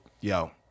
yo